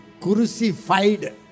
crucified